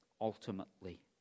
ultimately